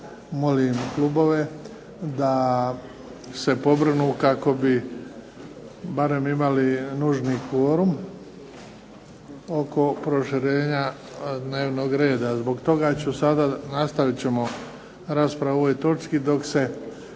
molim klubove da se pobrinu kako bi barem imali nužni kvorum oko proširenja dnevnog reda. Zbog toga ću sada, nastavit ćemo raspravu o ovoj točki, dok se